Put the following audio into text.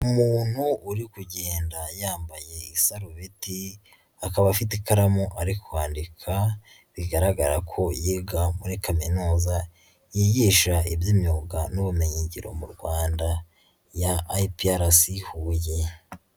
Umuntu uri kugenda yambaye isarubeti akaba afite ikaramu ari kwandika bigaragara ko yiga muri kaminuza, yigisha iby'imyuga n'ubumenyingiro mu Rwanda ya IPRC Huye.